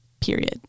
Period